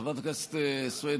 חברת הכנסת סויד,